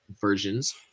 versions